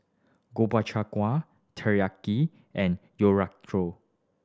Gobchang Gui Teriyaki and